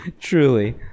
Truly